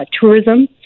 tourism